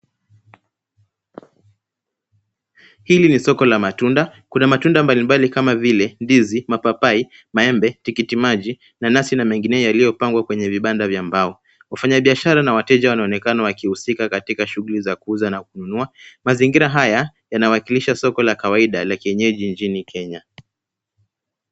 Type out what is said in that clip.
Hili ni soko la matunda, kuna matunda mbalimbali kama vile ndizi, mapapai, maembe, tikitimaji, nanasi na mengineyo yaliyopangwa kwenye vibanda vya mbao. Wafanyabiashara na wateja wanaonekana wakihusika katika shughli za kuuza na kununua, mazingira haya yanawakilisha soko la kawaida la kienyeji nchini Kenya.